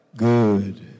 Good